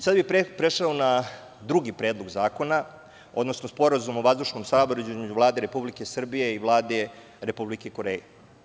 Sada bih prešao na drugi predlog zakona, odnosno Sporazum o vazdušnom saobraćaju između Vlade Republike Srbije i Vlade Republike Koreje.